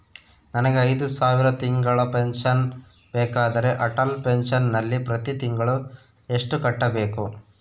ನನಗೆ ಐದು ಸಾವಿರ ತಿಂಗಳ ಪೆನ್ಶನ್ ಬೇಕಾದರೆ ಅಟಲ್ ಪೆನ್ಶನ್ ನಲ್ಲಿ ಪ್ರತಿ ತಿಂಗಳು ಎಷ್ಟು ಕಟ್ಟಬೇಕು?